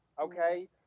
okay